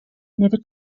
never